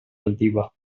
altiva